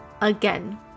again